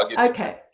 Okay